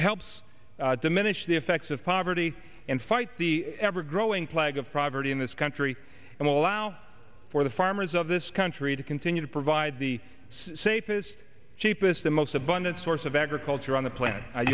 helps diminish the effects of poverty and fight the ever growing clag of property in this country and allow for the farmers of this country to continue to provide the safest cheapest the most abundant source of agriculture on the planet